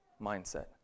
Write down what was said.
mindset